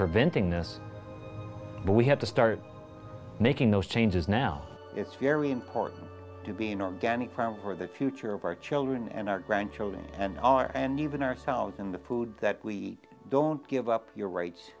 preventing this but we have to start making those changes now it's very important to be an organic farm for the future of our children and our grandchildren and our and even ourselves in the food that we don't give up your rights